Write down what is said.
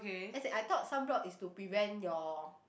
as in I thought sunblock is to prevent your